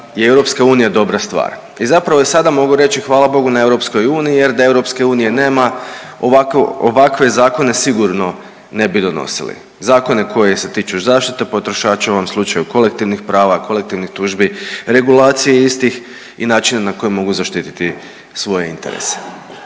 je EU dobra stvar i zapravo i sada mogu reći, hvala Bogu na EU jer da EU nema ovakve zakone sigurno ne bi donosili, zakone koji se tiču zaštite potrošača, u ovom slučaju kolektivnih prava, kolektivnih tužbi, regulacije istih i način na koje mogu zaštititi svoje interese.